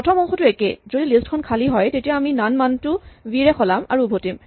প্ৰথম অংশটো একেই যদি লিষ্ট খন খালী হয় তেতিয়া আমি নন মানটো ভি ৰে সলাম আৰু উভটিম